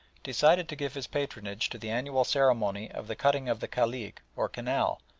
decided to give his patronage to the annual ceremony of the cutting of the khalig, or canal,